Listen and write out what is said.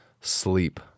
sleep